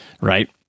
right